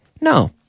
No